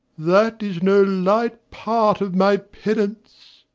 that is no light part of my penance,